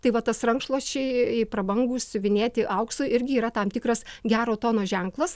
tai va tas rankšluosčiai prabangūs siuvinėti auksu irgi yra tam tikras gero tono ženklas